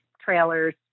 trailers